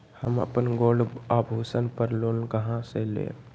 हम अपन गोल्ड आभूषण पर लोन कहां से लेम?